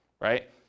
right